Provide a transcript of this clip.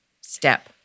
step